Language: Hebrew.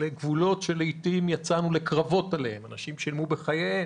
אלה הם גבולות שלעתים יצאנו לקרבות עליהם ואנשים שילמו בחייהם,